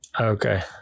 Okay